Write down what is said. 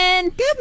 Good